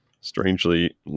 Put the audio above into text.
strangely